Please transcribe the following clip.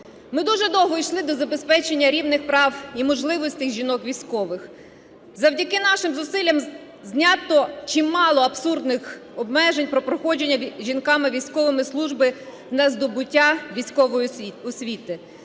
Ми дуже довго йшли до забезпечення рівних прав і можливостей жінок-військових. Завдяки нашим зусиллям знято чимало абсурдних обмежень про проходження жінками-військовими служби на здобуття військової освіти.